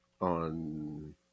on